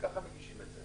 וככה מגישים את זה?